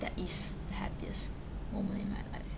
that is the happiest moment in my life